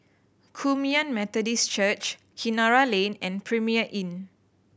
Kum Yan Methodist Church Kinara Lane and Premier Inn